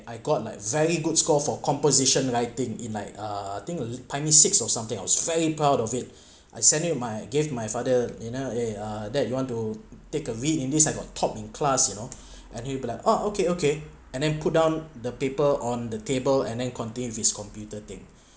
I got like very good score for composition writing in like uh think a primary six or something was very proud of it I send you my gave my father you know eh uh that you want to take a vid in this I got top in class you know and he replied ah okay okay and then put down the paper on the table and then continue his computer thing